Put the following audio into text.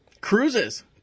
cruises